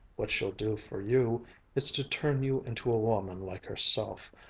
what she'll do for you is to turn you into a woman like herself.